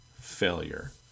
failure